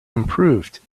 improved